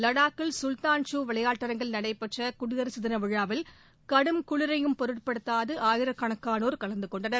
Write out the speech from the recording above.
லடாக்கில் சுல்தான் சூ விளையாட்டரங்கில் நடைபெற்ற குடியரசு தின விழாவில் கடும் குளிரையும் பொருட்படுத்தாது ஆயிரக்கணக்கானோர் கலந்தகொண்டனர்